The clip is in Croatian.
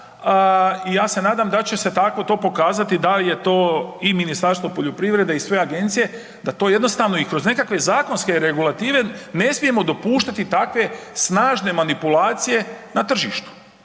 i ja se nadam da će se to pokazati da je to i Ministarstvo poljoprivrede i sve agencije da to jednostavno i kroz nekakve zakonske regulative ne smijemo dopuštati tako snažne manipulacije na tržištu.